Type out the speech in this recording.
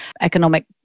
economic